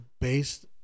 based